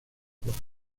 juegos